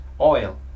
oil